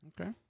Okay